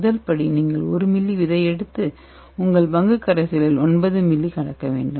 முதல் படி நீங்கள் 1 மில்லி விதை எடுத்து உங்கள் பங்கு கரைசலில் 9 மில்லியை கலக்க வேண்டும்